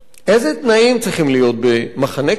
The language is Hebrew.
איזה תנאים צריכים להיות במחנה כזה